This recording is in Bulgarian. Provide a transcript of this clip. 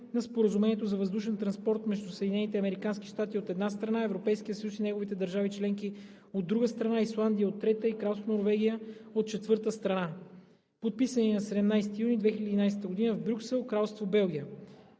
на Споразумението за въздушен транспорт между Съединените американски щати, от една страна, Европейския съюз и неговите държави членки, от друга страна, Исландия, от трета страна, и Кралство Норвегия, от четвърта страна, подписани на 17 юни 2011 г. в Брюксел, Кралство Белгия.